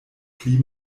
pli